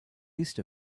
east